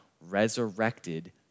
resurrected